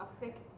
affect